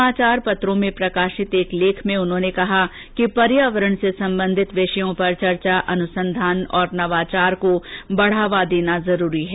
समाचार पत्रों में प्रकाशित एक लेख में उन्होंने कहा कि पर्यावरण से संबंधित विषयों पर चर्चा अनुसंधानऔर नवाचार को बढ़ावा देना जरूरी है